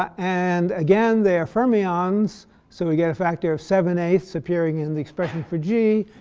and again, they are fermions so we get a factor of seven eight appearing in the expression for g,